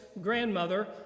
grandmother